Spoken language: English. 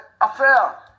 affair